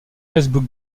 facebook